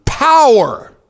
power